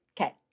Okay